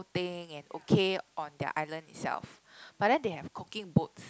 thing and okay on their island itself but then they have cooking boats